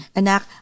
anak